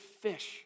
fish